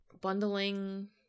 bundling